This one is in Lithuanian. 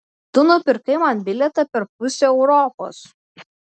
tu nupirkai man bilietą per pusę europos